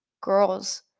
girls